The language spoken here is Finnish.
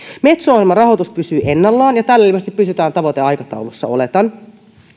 metso ohjelman rahoitus pysyy ennallaan ja tällöin ilmeisesti pysytään tavoiteaikataulussa oletan